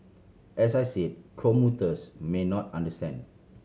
as I said commuters may not understand